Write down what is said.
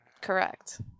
correct